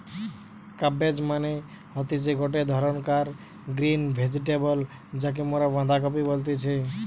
cabbage মানে হতিছে গটে ধরণকার গ্রিন ভেজিটেবল যাকে মরা বাঁধাকপি বলতেছি